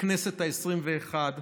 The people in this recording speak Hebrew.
הכנסת העשרים-ואחת,